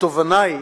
התובנה היא